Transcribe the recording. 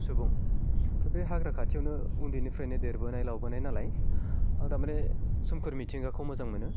सुबुं ओमफ्राय बे हाग्रा खाथियावनो उन्दैनिफ्रायनो देरबोनाय लावबोनाय नालाय आं तारमाने सोमखोर मिथिंगाखौ मोजां मोनो